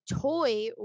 toy